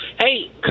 Hey